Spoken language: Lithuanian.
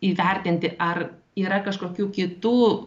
įvertinti ar yra kažkokių kitų